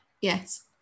Yes